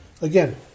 again